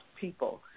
people